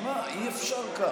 שמע, אי-אפשר ככה.